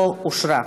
לא אושרה.